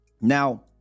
Now